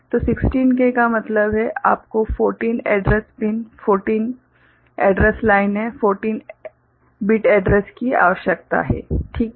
तो 16K का मतलब है कि आपको 14 एड्रैस पिन 14 एड्रैस लाइनें 14 बिट एड्रैस की आवश्यकता है ठीक है